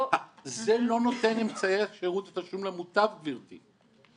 זה לא נותן אמצעי שרות התשלום למוטב, גברתי.